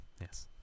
yes